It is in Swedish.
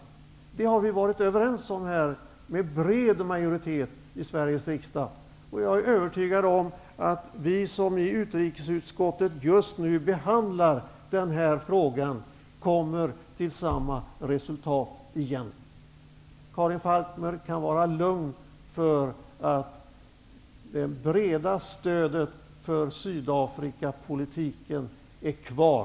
Detta har vi varit överens om med bred majoritet i Sveriges riksdag. Jag är övertygad om att vi som i utrikesutskottet just nu behandlar denna fråga kommer till samma resultat igen. Karin Falkmer kan vara lugn för att det breda stödet för Sydafrikapolitiken finns kvar.